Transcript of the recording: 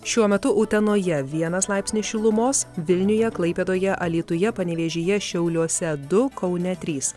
šiuo metu utenoje vienas laipsnis šilumos vilniuje klaipėdoje alytuje panevėžyje šiauliuose du kaune trys